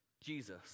Jesus